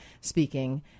speaking